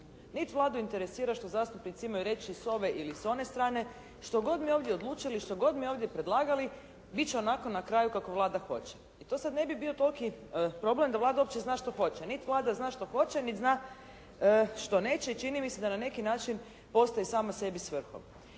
Niti Vladu interesira što zastupnici imaju reći s ove ili one s strane, što god mi ovdje odlučili, što god mi ovdje predlagali biti će onako na kraju kako Vlada hoće. I to sada ne bi bio toliki problem da Vlada uopće zna što hoće. Niti Vlada zna što hoće niti zna što neće i čini mi se da na neki način postoji sama sebi svrhom.